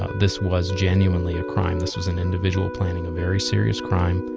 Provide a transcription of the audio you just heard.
ah this was genuinely a crime this was an individual planning a very serious crime.